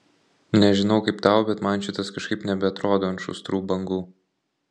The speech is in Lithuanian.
nežinau kaip tau bet man šitas kažkaip nebeatrodo ant šustrų bangų